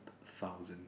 thousand